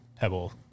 Pebble